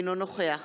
אינו נוכח